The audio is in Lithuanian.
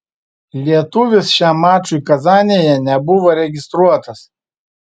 lietuvis šiam mačui kazanėje nebuvo registruotas